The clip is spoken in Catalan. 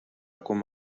com